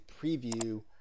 preview